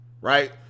Right